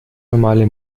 normale